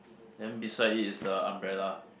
then beside it is the umbrella